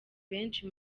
benshi